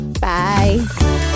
Bye